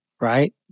right